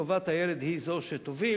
טובת הילד היא שתוביל,